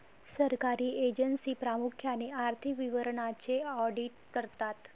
सरकारी एजन्सी प्रामुख्याने आर्थिक विवरणांचे ऑडिट करतात